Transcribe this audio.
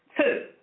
Two